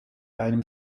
einem